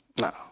No